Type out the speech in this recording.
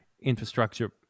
infrastructure